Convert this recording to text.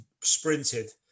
sprinted